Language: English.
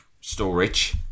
storage